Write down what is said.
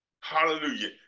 Hallelujah